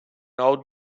old